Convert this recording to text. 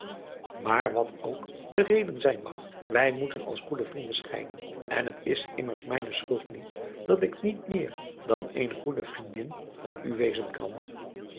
maar wat ook de reden zijn mag wij moeten als goede vrienden scheiden en t is immers mijne schuld niet dat ik niet meer dan eene goede vriendin van u wezen kan